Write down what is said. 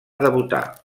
debutar